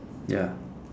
ya